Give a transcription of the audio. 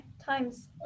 times